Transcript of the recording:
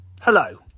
Hello